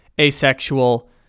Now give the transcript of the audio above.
asexual